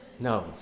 No